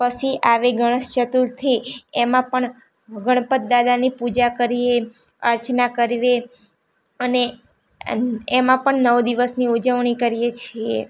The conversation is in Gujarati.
પછી આવે ગણેશચતુર્થી એમાં પણ ગણપતિ દાદાની પૂજા કરીએ અર્ચના કીએ અને એમાં પણ નવ દિવસની ઉજવણી કરીએ છીએ